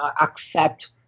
accept